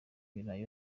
ibirayi